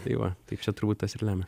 tai va taip čia turbūt tas ir lemia